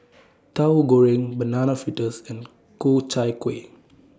Tahu Goreng Banana Fritters and Ku Chai Kueh